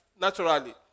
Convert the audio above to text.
naturally